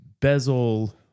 bezel